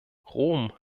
rom